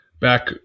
back